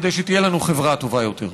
כדי שתהיה לנו חברה טובה יותר.